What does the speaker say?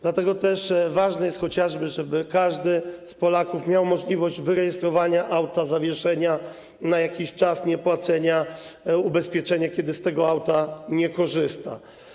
Dlatego też ważne jest, żeby każdy z Polaków miał możliwość chociażby wyrejestrowania auta, zawieszenia na jakiś czas, niepłacenia ubezpieczenia, kiedy z tego auta nie korzysta.